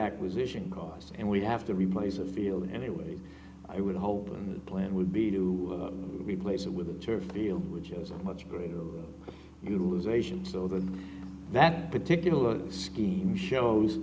acquisition costs and we have to replace a field anyway i would hope and plan would be to replace it with turf field which is a much greater utilization so than that particular scheme shows